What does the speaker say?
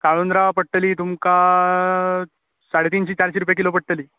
काळुदरां पडटलीं तुमकां साडे तिनशी चारशीं रुपया किलो पडटली